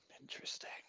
Interesting